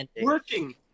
working